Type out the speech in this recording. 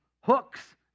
hooks